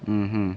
mmhmm